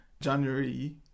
January